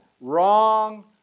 wrong